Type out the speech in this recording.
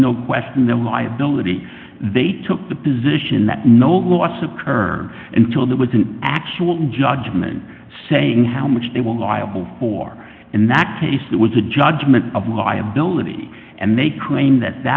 no question the liability they took the position that no lots of curd until there was an actual judgement saying how much they were liable for in that case that was a judgment of liability and they claim that